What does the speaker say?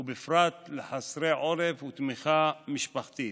ובפרט לחסרי עורף ותמיכה משפחתית,